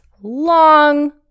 long